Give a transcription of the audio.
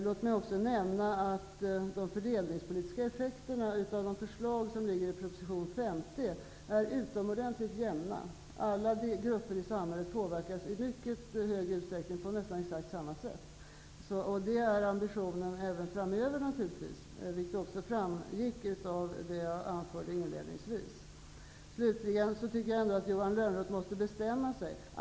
Låt mig också nämna att de fördelningspolitiska effekterna av de förslag som ligger i proposition 50 är utomordentligt jämna. Alla grupper i samhället påverkas i mycket hög utsträckning på nästan exakt samma sätt. Detta är naturligtvis ambitionen även framöver, vilket också framgick av det jag anförde inledningsvis. Slutligen tycker jag nog att Johan Lönnroth måste bestämma sig.